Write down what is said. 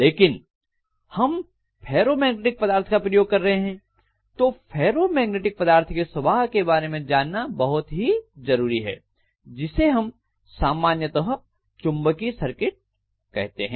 लेकिन हम फेरोमैग्नेटिक पदार्थ का प्रयोग कर रहे हैं तो फेरोमैग्नेटिक पदार्थ के स्वभाव के बारे में जानना बहुत जरूरी हैजिसे हम सामान्यतः चुंबकीय सर्किट कहते हैं